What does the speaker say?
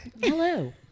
Hello